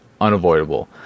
unavoidable